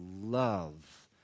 love